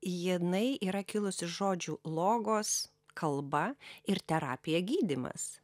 jinai yra kilus iš žodžių logos kalba ir terapija gydymas